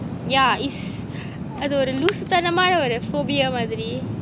yeah is I don't know அது ஒரு லூசுத்தனமான:athu oru luusuththanamana phobia மாதிரி:mathiri